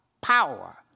Power